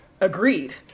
agreed